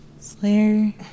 Slayer